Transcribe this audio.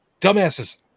dumbasses